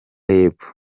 y’epfo